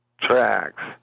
tracks